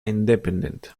independent